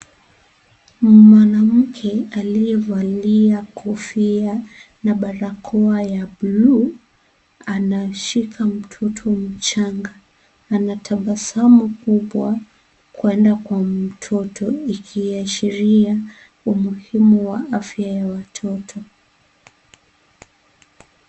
Mwanamke aliyevalia kofia na barakoa ya buluu, anashika mtoto mchanga. Anatabasamu kubwa kwenda kwa mtoto ikiashiria, umuhimu wa afya ya watoto.